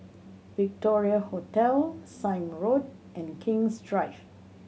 Victoria Hotel Sime Road and King's Drive